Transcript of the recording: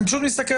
אני חושב שבמסגרת